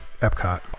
Epcot